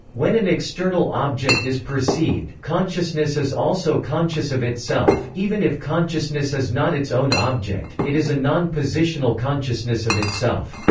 when an external object is perceived, consciousness is also conscious of itself, even if consciousness is not its own object it is a non-positional consciousness of itself.